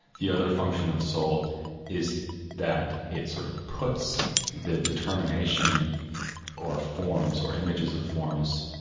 the other function of soul is that it sort of puts the determination or forms or images of forms,